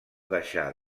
deixar